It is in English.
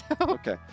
Okay